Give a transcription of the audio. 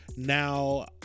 Now